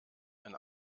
ein